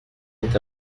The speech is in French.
est